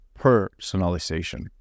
personalization